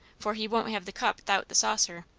for he won't have the cup thout the saucer,